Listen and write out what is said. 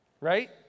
right